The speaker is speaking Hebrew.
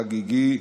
חגיגי,